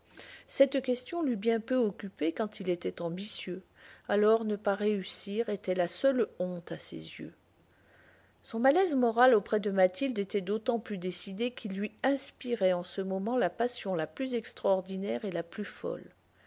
cette question l'eût bien peu occupé quand il était ambitieux alors ne pas réussir était la seule honte à ses yeux son malaise moral auprès de mathilde était d'autant plus décidé qu'il lui inspirait en ce moment la passion la plus extraordinaire et la plus folle